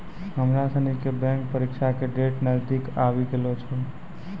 हमरा सनी के बैंक परीक्षा के डेट नजदीक आवी गेलो छै